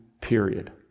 period